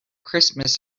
christmas